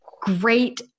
great